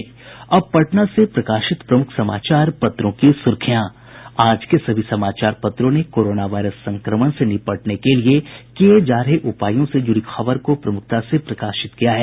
अब पटना से प्रकाशित प्रमुख समाचार पत्रों की सुर्खियां आज के सभी समाचार पत्रों ने कोरोना वायरस संक्रमण से निपटने के लिए किये जा उपायों से जुड़ी खबर को प्रमुखता से प्रकाशित किया है